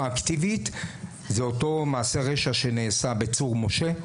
אקטיבית הוא אותו מעשה רשע שנעשה בצור משה,